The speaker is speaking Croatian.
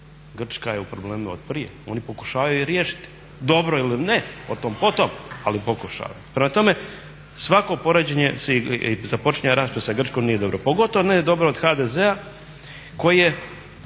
Grčka je u problemima od prije. Oni pokušavaju riješiti, dobro ili ne otom potom, ali pokušavaju. Prema tome, svako poređenje i započinjanje rasprave sa Grčkom nije dobro, pogotovo ne dobro od HDZ-a koji je